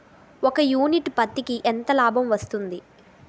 ఒక యూనిట్ పత్తికి ఎంత లాభం వస్తుంది?